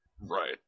Right